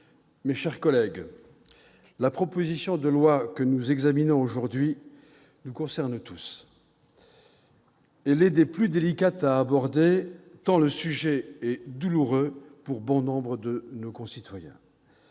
mes chers collègues, la proposition de loi que nous examinons aujourd'hui nous concerne tous. Elle est des plus délicates à aborder, tant le sujet est douloureux pour bon nombre de nos concitoyens.